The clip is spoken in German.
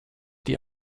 die